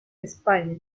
españa